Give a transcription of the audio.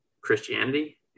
Christianity